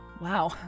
Wow